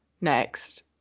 next